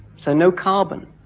so no carbon,